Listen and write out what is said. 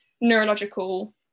neurological